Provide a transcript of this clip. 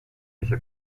esa